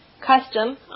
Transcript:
Custom